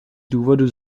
důvodu